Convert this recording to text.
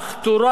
תורה,